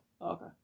Okay